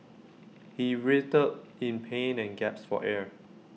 he writhed in pain and gasped for air